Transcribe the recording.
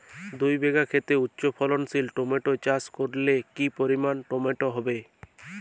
দুই বিঘা খেতে উচ্চফলনশীল টমেটো চাষ করলে কি পরিমাণ টমেটো হবে?